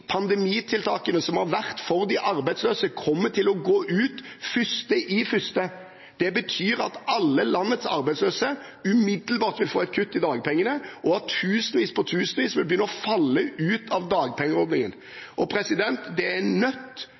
pandemitiltakene som har vært for de arbeidsløse, kommer til å gå ut 1. januar. Det betyr at alle landets arbeidsløse umiddelbart vil få et kutt i dagpengene, og at tusenvis på tusenvis vil begynne å falle ut av dagpengeordningen. Det er nødt